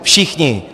Všichni!